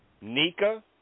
Nika